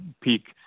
peak